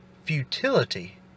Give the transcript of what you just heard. Futility